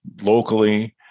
locally